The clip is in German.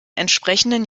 entsprechenden